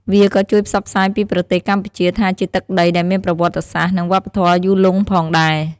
វាក៏ជួយផ្សព្វផ្សាយពីប្រទេសកម្ពុជាថាជាទឹកដីដែលមានប្រវត្តិសាស្ត្រ និងវប្បធម៌យូរលង់ផងដែរ។